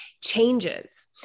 changes